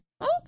Okay